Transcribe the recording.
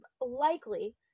likely